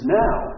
now